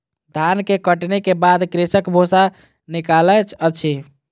धान के कटनी के बाद कृषक भूसा निकालै अछि